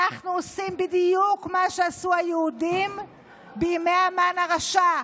אנחנו עושים בדיוק מה שעשו היהודים בימי המן הרשע,